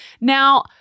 Now